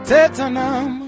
Tetanam